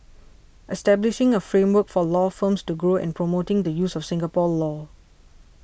establishing a framework for law firms to grow and promoting the use of Singapore law